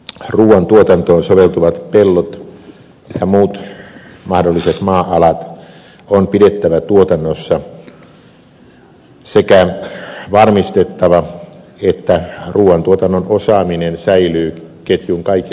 ruuantuotantoon soveltuvat pellot ja muut mahdolliset maa alat on pidettävä tuotannossa sekä varmistettava että ruuantuotannon osaaminen säilyy ketjun kaikissa osissa